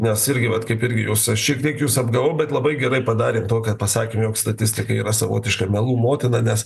nes irgi vat kaip irgi jūs aš šiek tiek jus apgavau bet labai gerai padarėm tuo kad pasakėm jog statistika yra savotiška melų motina nes